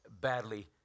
badly